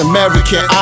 American